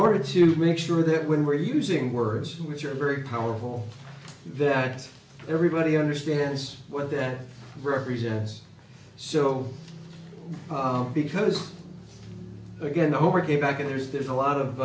order to make sure that when we're using words which are very powerful that everybody understands what that represents so because again the whole market back in there's there's a lot of